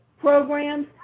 programs